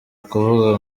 ukuvuga